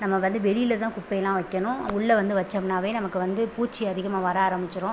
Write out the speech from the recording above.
நம்ப வந்து வெளியில்தான் குப்பையல்லாம் வைக்கணும் உள்ளே வந்து வச்சோம்னாவே நமக்கு வந்து பூச்சி அதிகமாக வர ஆரம்மிச்சுடும்